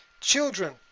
children